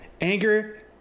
Anger